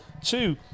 two